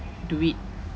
do it